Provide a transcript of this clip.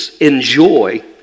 enjoy